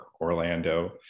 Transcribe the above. Orlando